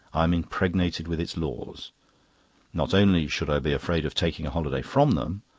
i am impregnated with its laws not only should i be afraid of taking a holiday from them,